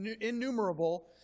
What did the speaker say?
innumerable